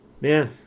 man